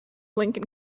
lincoln